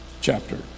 chapter